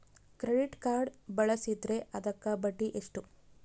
Credit card ಬಳಸಿದ್ರೇ ಅದಕ್ಕ ಬಡ್ಡಿ ಎಷ್ಟು?